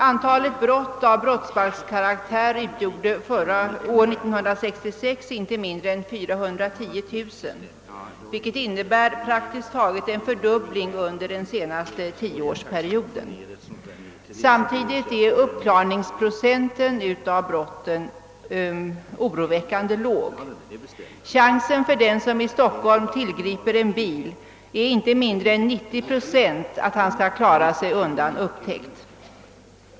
Antalet brott av brottsbalkskaraktär utgjorde under år 1966 inte mindre än 410 000, vilket innebär praktiskt taget en fördubbling under den senaste tioårsperioden. Samtidigt är uppklaringsprocenten av brotten oroväckande låg; chansen att klara sig undan upptäckt för den som i Stockholm tillgriper en bil är inte mindre än 90 procent.